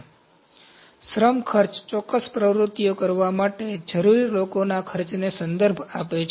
તેથી શ્રમ ખર્ચ ચોક્કસ પ્રવૃત્તિઓ કરવા માટે જરૂરી લોકોના ખર્ચનો સંદર્ભ આપે છે